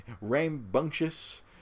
rambunctious